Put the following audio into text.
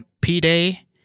P-Day